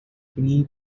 free